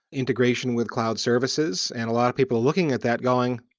integration with cloud services. and a lot of people looking at that going,